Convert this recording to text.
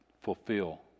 fulfill